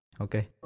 Okay